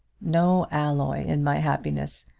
no alloy in my happiness.